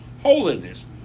holiness